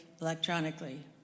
electronically